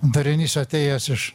darinys atėjęs iš